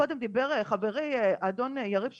מקודם דיבר חברי, אדון יריב שוריאן,